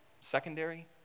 secondary